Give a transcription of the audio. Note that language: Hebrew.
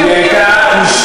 יפה.